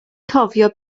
cofio